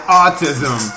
autism